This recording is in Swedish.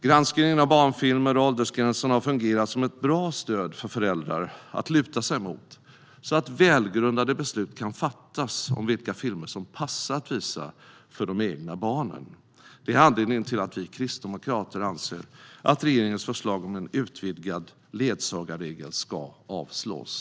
Granskningen av barnfilmer och åldersgränserna har fungerat som ett bra stöd för föräldrar att luta sig mot så att välgrundade beslut kan fattas om vilka filmer som passar att visa för de egna barnen. Detta är anledningen till att vi kristdemokrater anser att regeringens förslag om en utvidgad ledsagarregel ska avslås.